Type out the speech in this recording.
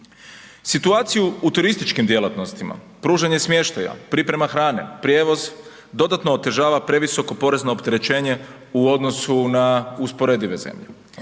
Situaciju u turističkim djelatnostima, pružanje smještaja, priprema hrane, prijevoz, dodatno otežava previsoko porezno opterećenje u odnosu na usporedive zemlje.